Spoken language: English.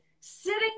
sitting